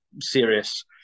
serious